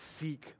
seek